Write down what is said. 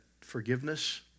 forgiveness